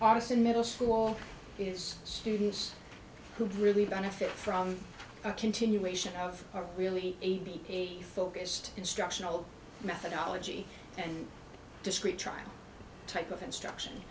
austin middle school is students who really benefit from a continuation of really a t p focused instructional methodology and discrete trial type of instruction